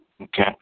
Okay